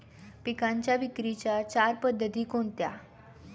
पिकांच्या विक्रीच्या चार पद्धती कोणत्या?